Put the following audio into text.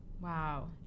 Wow